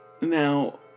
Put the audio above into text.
Now